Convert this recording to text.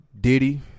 Diddy